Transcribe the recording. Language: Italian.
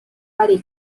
varie